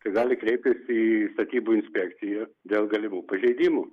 tai gali kreiptis į statybų inspekciją dėl galimų pažeidimų